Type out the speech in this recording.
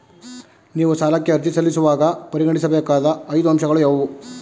ನೀವು ಸಾಲಕ್ಕೆ ಅರ್ಜಿ ಸಲ್ಲಿಸುವಾಗ ಪರಿಗಣಿಸಬೇಕಾದ ಐದು ಅಂಶಗಳು ಯಾವುವು?